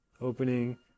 opening